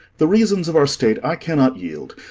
the reasons of our state i cannot yield,